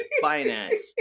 finance